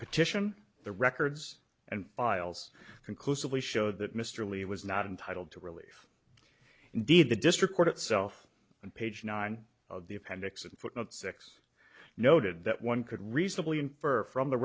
petition the records and files conclusively show that mr lee was not entitled to relief indeed the district court itself and page nine of the appendix a footnote six noted that one could reasonably infer from the